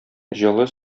җылы